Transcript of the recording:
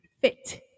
fit